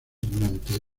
durante